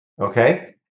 okay